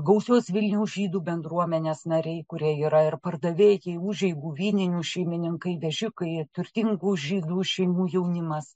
gausios vilniaus žydų bendruomenės nariai kurie yra ir pardavėjai užeigų vyninių šeimininkai vežikai turtingų žydų šeimų jaunimas